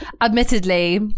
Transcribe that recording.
admittedly